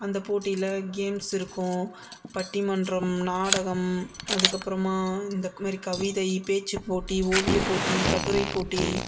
அந்த போட்டியில் கேம்ஸ் இருக்கும் பட்டிமன்றம் நாடகம் அதுக்கப்புறமா இந்த மாரி கவிதை பேச்சுப் போட்டி ஓவியப் போட்டி கட்டுரைப் போட்டி